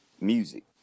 music